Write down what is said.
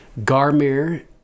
Garmir